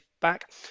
back